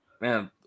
man